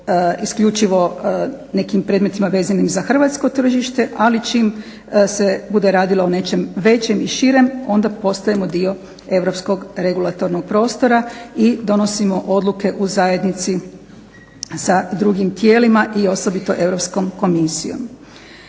isključivo nekim predmetima vezanim za hrvatsko tržište. Ali čim se bude radilo o nečem većem i širem onda postajemo dio europskog regulatornog prostora i donosimo odluke u zajednici sa drugim tijelima i osobito Europskom komisijom.